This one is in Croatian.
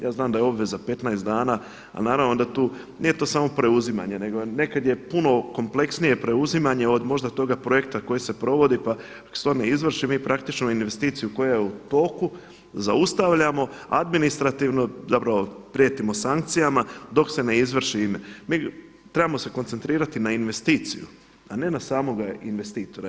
Ja znam da je obveza 15 dana a naravno da tu, nije to samo preuzimanje nego nekad je puno kompleksnije preuzimanje od možda toga projekta koji se provodi pa dok se to ne izvrši mi praktično investiciju koja je u toku zaustavljamo administrativno, zapravo prijetimo sankcijama dok se ne izvrši … Mi trebamo se koncentrirati na investiciju a ne na samoga investitora.